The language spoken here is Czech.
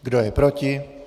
Kdo je proti?